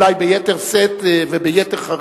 אולי ביתר שאת וביתר חריפות.